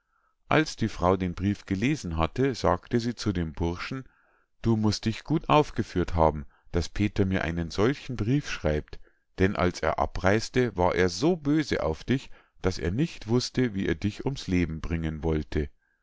als die frau den brief gelesen hatte sagte sie zu dem burschen du musst dich gut aufgeführt haben daß peter mir einen solchen brief schreibt denn als er abreis'te war er so böse auf dich daß er nicht wußte wie er dich ums leben bringen wollte